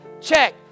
Check